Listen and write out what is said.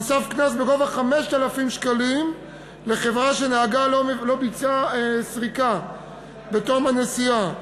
נוסף קנס בגובה 5,000 שקלים לחברה שנהגה לא ביצע סריקה בתום הנסיעה.